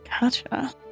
Gotcha